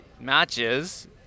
matches